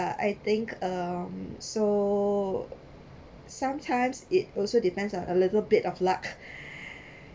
I think um so sometimes it also depends on a little bit of luck